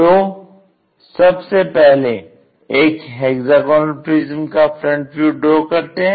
तो सबसे पहले एक हेक्सागोनल प्रिज्म का फ्रंट व्यू ड्रॉ करते हैं